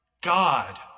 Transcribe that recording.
God